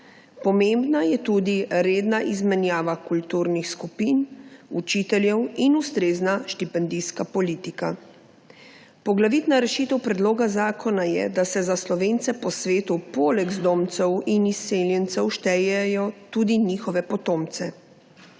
Pomembna je tudi redna izmenjava kulturnih skupin, učiteljev in ustrezna štipendijska politika. Poglavitna rešitev predloga zakona je, da se za Slovence po svetu poleg zdomcev in izseljencev štejejo tudi njihovi potomci.